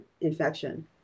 infection